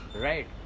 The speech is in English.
right